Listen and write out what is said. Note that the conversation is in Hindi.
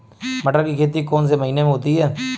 मटर की खेती कौन से महीने में होती है?